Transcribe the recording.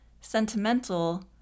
sentimental